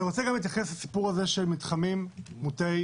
אני רוצה להתייחס גם לסיפור של מתחמים מוטי